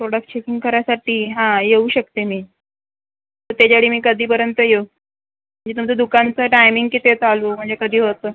product checking करायसाठी हां येऊ शकते मी तर त्याच्यासाठी मी कधीपर्यंत येऊ म्हणजे तुमचा दुकानचा टायमिंग किती आहे चालू म्हणजे कधी होतो